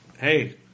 Hey